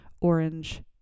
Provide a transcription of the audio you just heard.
orange